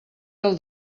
del